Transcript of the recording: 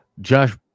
Josh